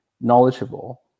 knowledgeable